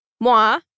moi